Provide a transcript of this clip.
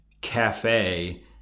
cafe